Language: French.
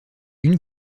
une